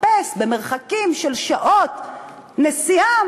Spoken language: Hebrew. לחפש מקום במרחקים של שעות נסיעה.